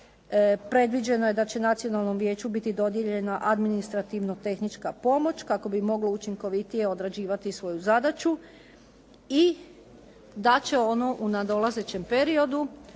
predviđeno je da će Nacionalnom vijeću biti dodijeljena administrativno-tehnička pomoć kako bi moglo učinkovitije odrađivati svoju zadaću i da će ono u nadolazećem periodu